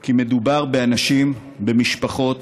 כי מדובר באנשים, במשפחות,